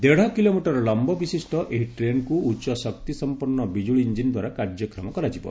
ଦେଢ଼ କିଲୋମିଟର ଲମ୍ଘ ବିଶିଷ୍ଟ ଏହି ଟ୍ରେନ୍କୁ ଉଚ୍ଚ ଶକ୍ତିସମ୍ପନ୍ନ ବିଜ୍ଜୁଳି ଇଞ୍ଜିନ୍ ଦ୍ୱାରା କାର୍ଯ୍ୟକ୍ଷମ କରାଯିବ